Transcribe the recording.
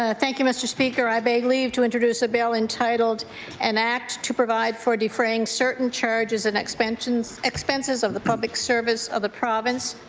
ah thank you, mr. speaker. i beg leave to introduce a bill entitled an act to provide for the and certain charges and expenses expenses of the public service of the province.